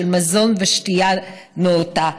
של מזון ושתייה נאותה.